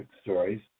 stories